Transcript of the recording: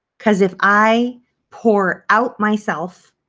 cause if i pour out myself